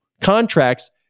contracts